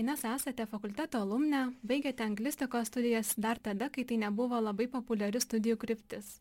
inesa esate fakulteto alumnė baigėte anglistikos studijas dar tada kai tai nebuvo labai populiari studijų kryptis